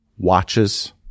watches